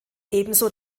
ebenso